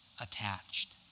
attached